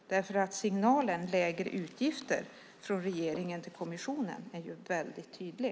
Signalen om lägre utgifter från regeringen till kommissionen är ju väldigt tydlig.